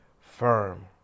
firm